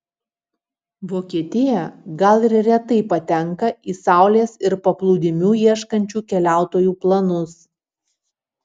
vokietija gal ir retai patenka į saulės ir paplūdimių ieškančių keliautojų planus